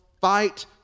fight